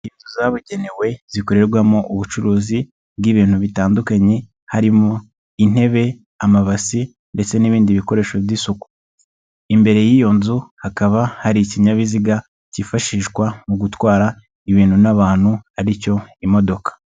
Inzu zabugenewe zikorerwamo ubucuruzi bw'ibintu bitandukanye harimo intebe, amabasi ndetse n'ibindi bikoresho by'isuku. Imbere y'iyo nzu hakaba hari ikinyabiziga kifashishwa mu gutwara ibintu n'abantu ari cyo imodoka.